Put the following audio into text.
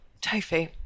Tofu